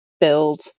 build